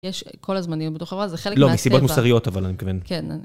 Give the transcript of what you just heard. יש כל הזמן, אני לא בטוחה, אבל זה חלק מהסבבה. לא, מסיבות מוסריות, אבל אני מכוון.